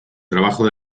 trabajo